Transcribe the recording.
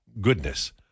goodness